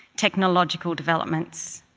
technological developments.